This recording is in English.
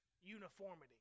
uniformity